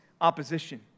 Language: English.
opposition